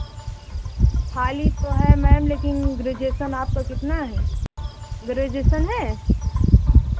खाली तो है मैम लेकिन ग्रेजुएशन आपका कितना है ग्रेजुएशन है